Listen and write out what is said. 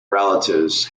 relatives